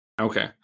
Okay